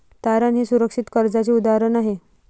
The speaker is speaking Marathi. तारण हे सुरक्षित कर्जाचे उदाहरण आहे